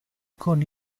con